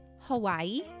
Hawaii